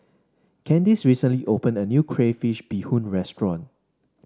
Candice recently opened a new Crayfish Beehoon Restaurant